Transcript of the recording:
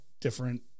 different